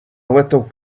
little